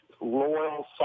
loyal